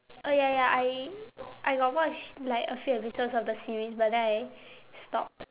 oh ya ya I I got watch like a few episodes of the series but then I stopped